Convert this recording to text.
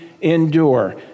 endure